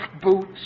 boots